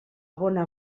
bona